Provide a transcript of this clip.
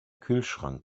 kühlschrank